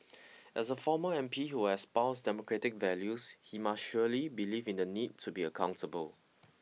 as a former M P who espoused democratic values he must surely believe in the need to be accountable